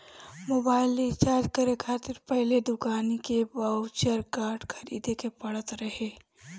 mobile recharge करे खातिर पहिले दुकानी के बाउचर कार्ड खरीदे के पड़त रहे